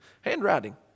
Handwriting